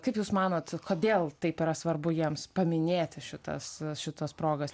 kaip jūs manot kodėl taip yra svarbu jiems paminėti šitas šitas progas